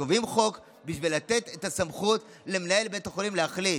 וקובעים חוק בשביל לתת את הסמכות למנהל בית החולים להחליט.